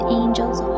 angels